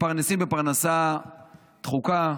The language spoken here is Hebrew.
מתפרנסים בפרנסה דחוקה.